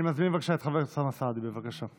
אני מזמין את חבר הכנסת אוסאמה סעדי, בבקשה.